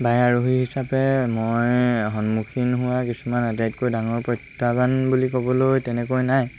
bike আৰোহী হিচাপে মই সন্মুখীন হোৱা কিছুমান আটাইতকৈ ডাঙৰ প্ৰত্যাহ্বান বুলি ক'বলৈ তেনেকৈ নাই